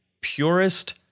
purest